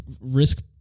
risk